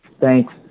thanks